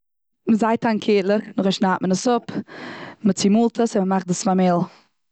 מ'זייט איין קערלעך נאך דעם זייט מען עס אפ. מ'צומאלט עס, און מ'מאכט דאס פאר מעהל.